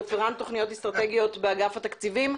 רפרנט תוכניות אסטרטגיות באגף התקציבים,